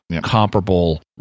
comparable